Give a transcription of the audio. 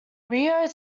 rio